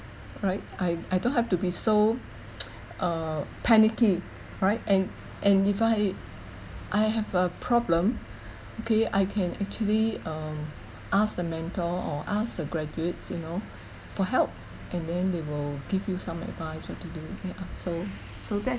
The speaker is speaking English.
right I I don't have to be so uh panicky right and and if I I have a problem okay I can actually um ask the mentor or ask the graduates you know for help and then they will give you some advice what to do yeah so so that's